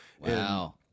Wow